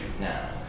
now